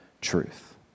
truth